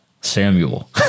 Samuel